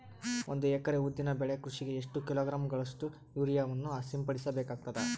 ಒಂದು ಎಕರೆ ಉದ್ದಿನ ಬೆಳೆ ಕೃಷಿಗೆ ಎಷ್ಟು ಕಿಲೋಗ್ರಾಂ ಗಳಷ್ಟು ಯೂರಿಯಾವನ್ನು ಸಿಂಪಡಸ ಬೇಕಾಗತದಾ?